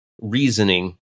reasoning